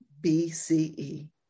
BCE